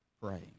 praying